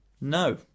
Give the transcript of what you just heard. No